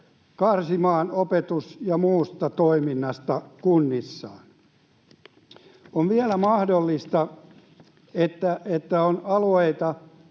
karsimaan opetus- ja muusta toiminnasta kunnissaan. On vielä mahdollista, että on alueita,